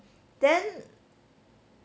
then